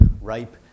ripe